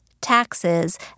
taxes